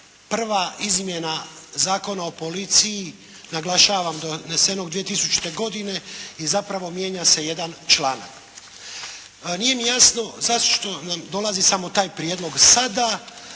prva izmjena Zakona o policiji naglašavam donesenog 2000. godine i zapravo mijenja se jedan članak. Nije mi jasno sad što nam dolazi samo taj prijedlog sada